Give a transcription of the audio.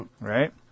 right